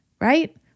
right